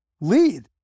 lead